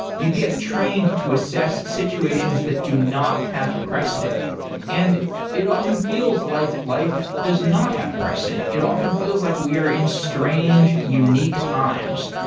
you get trained to assess situations that do not have precedent and it often feels like life does not have precedent. it often feels like we are in strange, unique times.